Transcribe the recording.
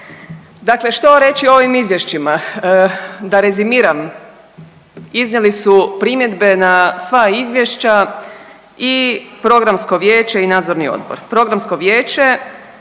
Dakle, što reći o ovim izvješćima? Da rezimiram, iznijeli su primjedbe na sva izvješća i Programsko vijeće i Nadzorni odbor.